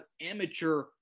amateur